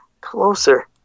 closer